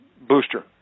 booster